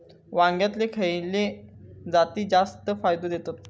वांग्यातले खयले जाती जास्त फायदो देतत?